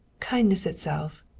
kindness itself!